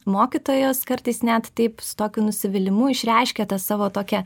mokytojos kartais net taip su tokiu nusivylimu išreiškia tą savo tokią